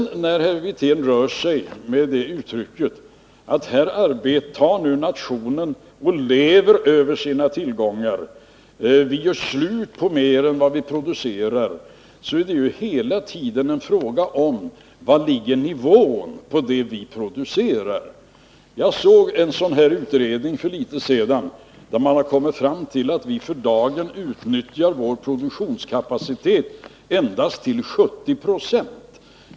När sedan herr Wirtén rör sig med uttrycket att nationen lever över sina tillgångar, att vi gör slut på mer än vi producerar, så är det hela tiden en fråga om: Var ligger nivån på det vi producerar? Jag såg för litet sedan en utredning, där man kommit fram till att vi för dagen utnyttjar vår produktionskapacitet endast till 70 90.